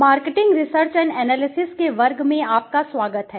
marketing research and analysis के वर्ग में आपका स्वागत है